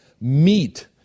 meet